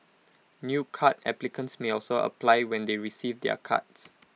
new card applicants may also apply when they receive their cards